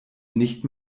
nicht